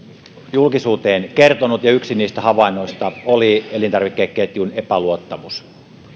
julkisuuteen kertonut ja yksi niistä havainnoista oli elintarvikeketjun epäluottamus